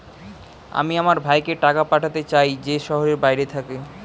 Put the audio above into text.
আমি আমার ভাইকে টাকা পাঠাতে চাই যে শহরের বাইরে থাকে